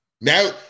now